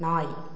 நாய்